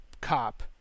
cop